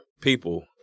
people